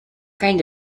kind